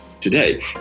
today